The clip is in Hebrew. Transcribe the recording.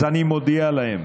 אז אני מודיע להם